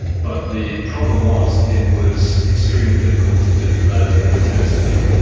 but the problem was it was extremely difficult to develop intensively.